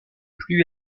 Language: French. plus